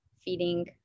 feeding